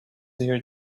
here